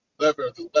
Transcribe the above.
nevertheless